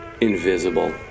invisible